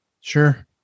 Sure